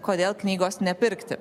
kodėl knygos nepirkti